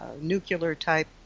nuclear-type